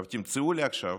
תמצאו לי עכשיו,